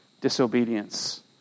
disobedience